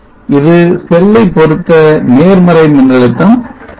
இது செல்லை பொருத்த நேர்மறை மின்னழுத்தம் ஆகும்